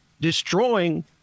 destroying